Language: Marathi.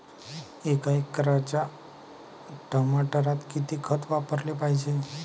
एका एकराच्या टमाटरात किती खत वापराले पायजे?